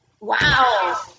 Wow